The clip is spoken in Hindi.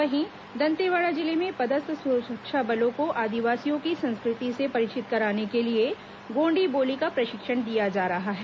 वहीं दंतेवाड़ा जिले में पदस्थ सुरक्षा बलों को आदिवासियों की संस्कृति से परिचित कराने के लिए गोण्डी बोली का प्रशिक्षण दिया जा रहा है